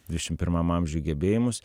dvidešim pirmam amžiuj gebėjimus